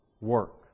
work